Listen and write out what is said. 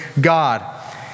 God